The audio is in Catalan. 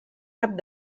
cap